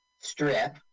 Strip